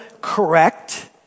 correct